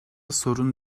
sorun